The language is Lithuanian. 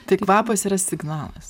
tai kvapas yra signalas